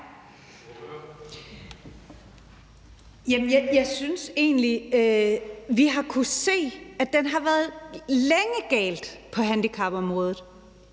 Jeg synes egentlig, at vi har kunnet se, at den længe har været gal med handicapområdet.